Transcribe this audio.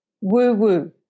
woo-woo